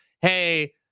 hey